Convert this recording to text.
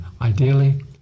ideally